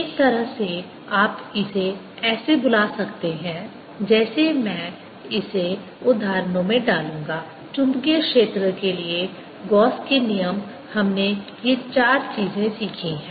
एक तरह से आप इसे ऐसे बुला सकते हैं जैसे मैं इसे उद्धरणों में डालूंगा चुंबकीय क्षेत्र के लिए गॉस के नियम Gauss's law हमने ये चार चीज़ें सीखी हैं